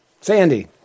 sandy